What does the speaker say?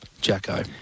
Jacko